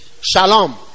Shalom